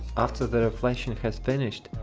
after the reflashing has finished,